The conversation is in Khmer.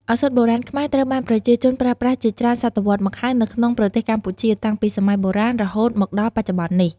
ឱសថបុរាណខ្មែរ ត្រូវបានប្រជាជនប្រើប្រាស់ជាច្រើនសតវត្សមកហើយនៅក្នុងប្រទេសកម្ពុជា តាំងពីសម័យបុរាណ រហូតដល់បច្ចុប្បន្ននេះ។